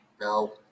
No